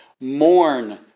mourn